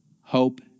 hope